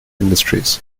industries